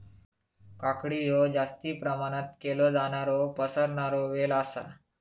काकडी हयो जास्ती प्रमाणात केलो जाणारो पसरणारो वेल आसा